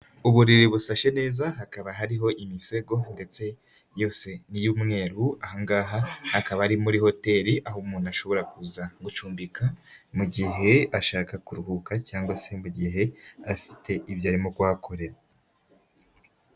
Uburiri busashe neza hakaba hariho imisego ndetse yose n'iy'umweru, aha ngaha jhakaba ari muri hoteli aho umuntu ashobora kuza gucumbika mu gihe ashaka kuruhuka cyangwa se mu gihe afite ibyo arimo kuhakorera.